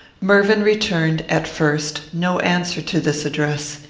mervyn returned, at first, no answer to this address.